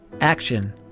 Action